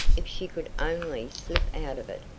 if she could only slip out of it,